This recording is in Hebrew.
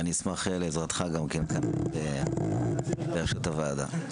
אשמח לעזרתך בראשות הוועדה.